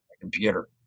computer